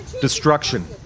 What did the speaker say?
destruction